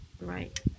right